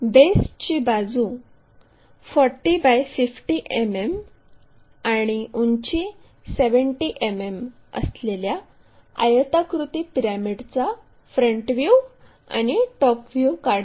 बेसची बाजू 40 ✕ 50 मिमी आणि उंची 70 मिमी असलेल्या आयताकृती पिरॅमिडचा फ्रंट व्ह्यू आणि टॉप व्ह्यू काढा